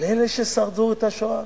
לאלה ששרדו את השואה?